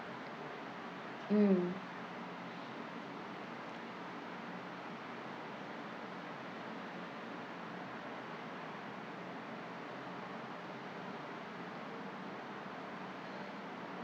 mm